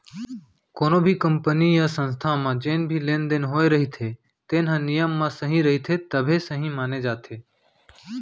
कोनो भी कंपनी य संस्था म जेन भी लेन देन होए रहिथे तेन ह नियम म सही रहिथे तभे सहीं माने जाथे